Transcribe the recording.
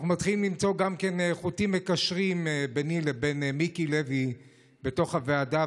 אנחנו מתחילים למצוא חוטים מקשרים ביני לבין מיקי לוי בתוך הוועדה,